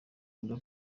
oda